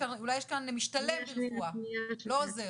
יש משתלם ברפואה, לא עוזר.